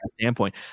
standpoint